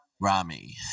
Rami